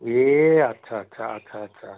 ए अच्छा अच्छा अच्छा अच्छा अच्छा